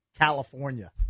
California